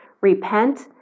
Repent